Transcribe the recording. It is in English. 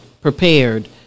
prepared